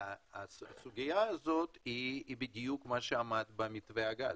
הסוגיה הזו היא בדיוק מה שעמד במתווה הגז.